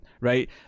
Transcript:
right